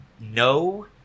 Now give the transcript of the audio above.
No